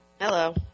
Hello